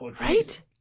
Right